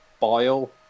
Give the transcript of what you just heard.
bile